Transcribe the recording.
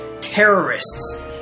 terrorists